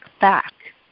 back